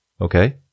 Okay